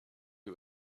who